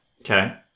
Okay